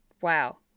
wow